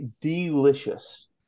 Delicious